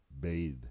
bathe